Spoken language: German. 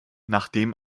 nachdem